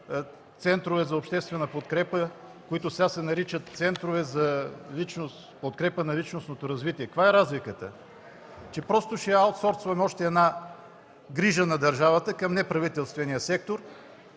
центрове за обществена подкрепа, които сега се наричат центрове за подкрепа на личностното развитие. Каква е разликата?! – Че просто ще аутсорсваме още една грижа на държавата към неправителствения сектор.